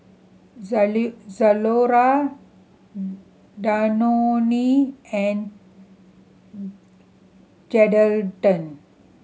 Zalora Danone and Geraldton